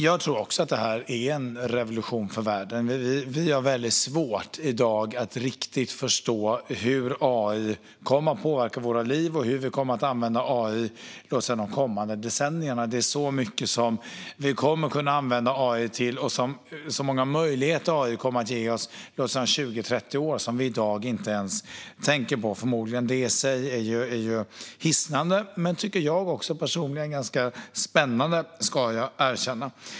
Jag tror också att det är en revolution för världen. Vi har i dag väldigt svårt att riktigt förstå hur AI kommer att påverka våra liv och hur vi kommer att använda AI under de kommande decennierna. Det är så mycket som vi kommer att kunna använda AI till och så många möjligheter som AI kommer att ge oss om 20, 30 år som vi i dag inte ens tänker på. Det är hisnande men också ganska spännande ska jag personligen erkänna.